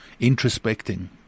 Introspecting